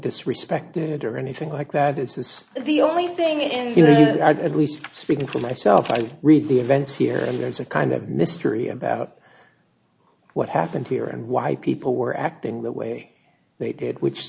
disrespected or anything like that this is the only thing in at least speaking for myself i read the events here and there's a kind of mystery about what happened here and why people were acting the way they did which